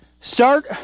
start